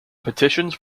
petitions